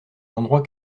l’endroit